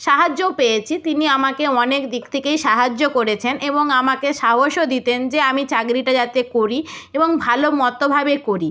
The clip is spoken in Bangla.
সাহায্যও পেয়েছি তিনি আমাকে অনেক দিক থেকেই সাহায্য করেছেন এবং আমাকে সাহসও দিতেন যে আমি চাকরিটা যাতে করি এবং ভালো মতোভাবে করি